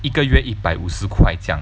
一个月一百五十块这样